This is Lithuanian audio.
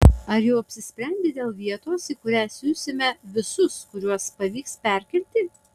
ar jau apsisprendei dėl vietos į kurią siusime visus kuriuos pavyks perkelti